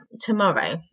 tomorrow